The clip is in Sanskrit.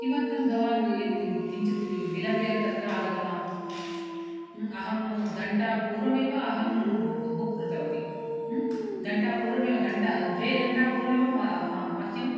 किमर्थं भवान् एय् किञ्चिद् विलम्बेन तत्र आगतवान् अहं घण्टापूर्वमेव अहं बुक् कृतवती घण्टापूर्वमेव घण्टा द्वे घण्टा पूर्वमेव म म मह्यम्